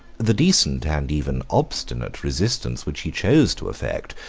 the decent and even obstinate resistance which he chose to affect,